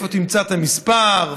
איפה תמצא את המספר?